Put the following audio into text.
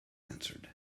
answered